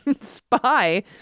spy